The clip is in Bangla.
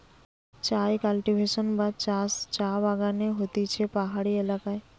চায় কাল্টিভেশন বা চাষ চা বাগানে হতিছে পাহাড়ি এলাকায়